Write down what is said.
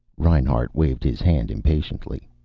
reinhart waved his hand impatiently.